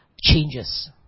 changes